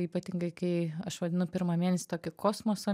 ypatingai kai aš vadinu pirmą mėnesį tokį kosmoso